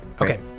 Okay